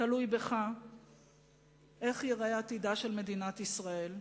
תלוי בך איך ייראה עתידה של מדינת ישראל.